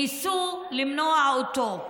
ניסו למנוע אותו,